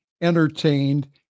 entertained